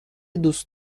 دوست